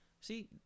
see